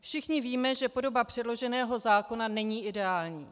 Všichni víme, že podoba předloženého zákona není ideální.